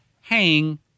hang